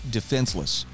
Defenseless